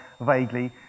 vaguely